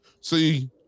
See